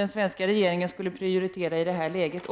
Den svenska regeringen kanske också skulle prioritera det i det här läget.